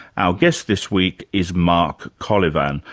our guest this week is mark colyvan,